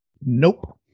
Nope